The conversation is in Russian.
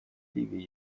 ливии